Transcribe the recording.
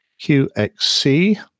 QXC